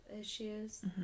issues